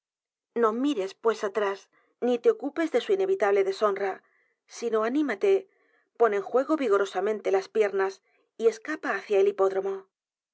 e s pues atrás ni te ocupes de su inevitable d e s h o n r a sino anímate pon en j u e g o vigorosamente las piernas y e s c a p a hacia el hipódromo